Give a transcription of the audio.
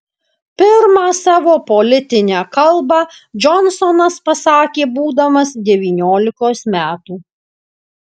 pirmą savo politinę kalbą džonsonas pasakė būdamas devyniolikos metų